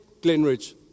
Glenridge